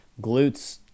Glutes